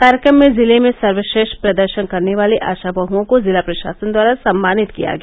कार्यक्रम में जिले में सर्वश्रेष्ठ प्रदर्शन करने वाली आशा बहुओं को जिला प्रशासन द्वारा सम्मानित किया गया